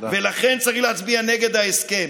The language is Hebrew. ולכן צריך להצביע נגד ההסכם.